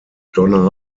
donna